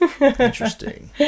interesting